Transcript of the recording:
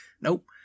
Nope